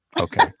okay